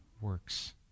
works